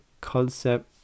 concept